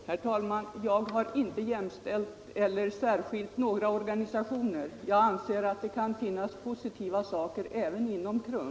Herr talman! Jag har inte jämställt eller särskilt några organisationer. Jag anser att de kan finnas positiva saker även inom KRUM.